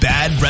Bad